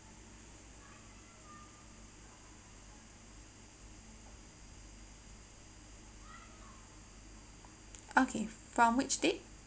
okay from which date